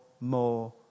more